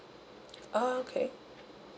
okay